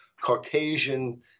Caucasian